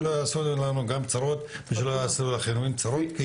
שלא יעשו לנו גם צרות ושלא יעשו לאחרים צרות.